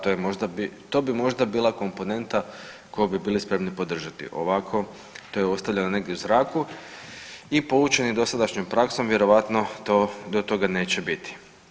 To bi možda bila komponenta koju bi bili spremni podržati, ovako to je ostavljeno negdje u zraku i poučeni dosadašnjom praksom vjerojatno to, do toga neće biti.